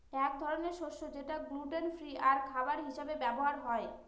এক ধরনের শস্য যেটা গ্লুটেন ফ্রি আর খাবার হিসাবে ব্যবহার হয়